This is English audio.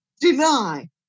deny